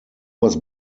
was